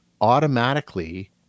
automatically